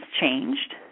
changed